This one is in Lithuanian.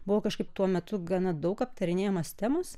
buvo kažkaip tuo metu gana daug aptarinėjamas temos